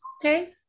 okay